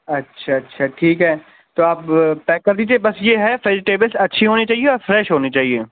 اچھا اچھا ٹھیک ہے تو اب پیک کر دیجیے بس یہ ہے ویجٹیبلز اچھی ہونی چاہیے اور فریش ہونی چاہیے